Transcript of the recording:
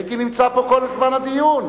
הייתי נמצא פה כל זמן הדיון.